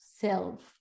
self